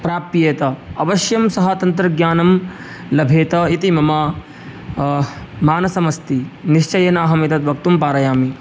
प्राप्येत अवश्यं सः तन्त्रज्ञानं लभेत इति मम मानसं अस्ति निश्चयेन अहं एतद् वक्तुं पारयामि